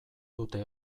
dute